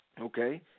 okay